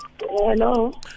Hello